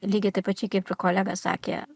lygiai taip pačiai kaip ir kolega sakė